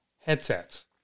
headsets